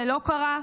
זה לא קרה.